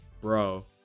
bro